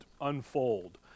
unfold